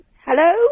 Hello